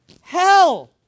hell